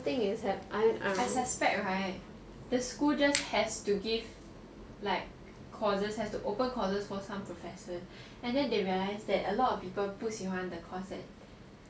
I suspect right the school just has to give like courses have to open courses for some professors and then they realize that a lot of people 不喜欢 the course